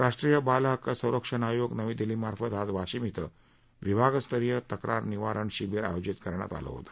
राष्ट्रीय बाल हक्क संरक्षण आयोग नवी दिल्ली मार्फत आज वाशिम इथं विभागस्तरीय तक्रार निवारण शिबीर आयोजित करण्यात आलं होत